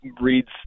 reads